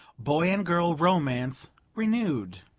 boy and girl romance renewed.